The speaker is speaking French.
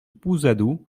pousadou